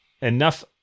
enough